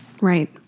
Right